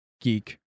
geek